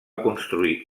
construir